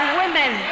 women